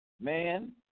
Man